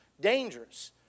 dangerous